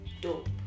dope